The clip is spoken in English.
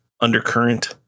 undercurrent